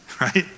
right